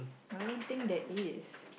but I don't think there is